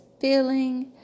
feeling